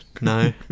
No